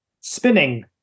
spinning